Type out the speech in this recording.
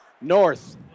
North